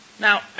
Now